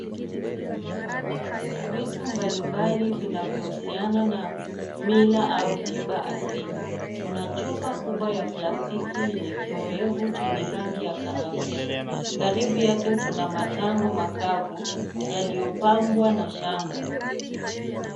Vitu mbali mbali vinavyohusiana na mila au tiba asili kuna chupa kubwa ya plastiki yenye kiyoyevu chenye rangi ya kahawia, karibu yake kuna matango makavu aliyopambwa na shanga.